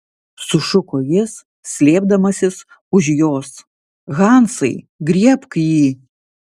sušuko jis slėpdamasis už jos hansai griebk jį